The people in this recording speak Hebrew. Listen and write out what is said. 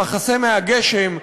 המחסה מהגשם,